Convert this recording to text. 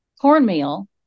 cornmeal